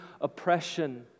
oppression